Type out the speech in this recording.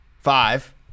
five